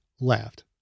laughed